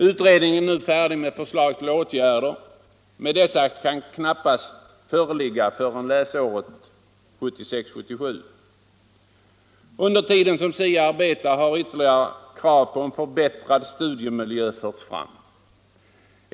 Utredningen är nu färdig med förslag till åtgärder, men dessa kan knappast föreligga före läsåret 1976/77. Under tiden som SIA arbetat har ytterligare krav på förbättrad studiemiljö förts fram.